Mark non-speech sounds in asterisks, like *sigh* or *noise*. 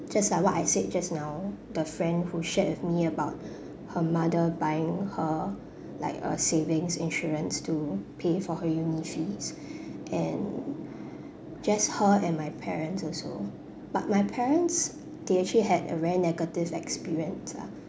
just like what I said just now the friend who shared with me about *breath* her mother buying her *breath* like a savings insurance to pay for her uni fees *breath* and *breath* just her and my parents also but my parents they actually had a very negative experience ah